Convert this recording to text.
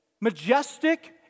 majestic